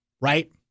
right